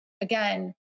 again